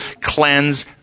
cleanse